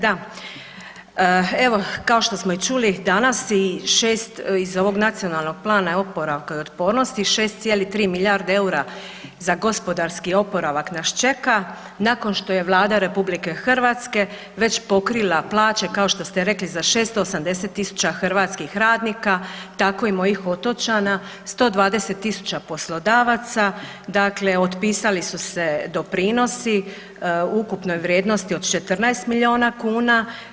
Da, evo kao što smo i čuli danas iz ovog Nacionalnog plana oporavka i otpornosti 6,3 milijarde eura za gospodarski oporavak nas čeka, nakon što je Vlada RH već pokrila plaće kao što ste rekli za 680.000 hrvatskih radnika tako i mojih otočana, 120.000 poslodavaca, dakle otpisali su se doprinosi u ukupnoj vrijednosti od 14 milijuna kuna.